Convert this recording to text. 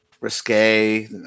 risque